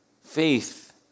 Faith